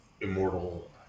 immortal